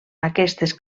aquestes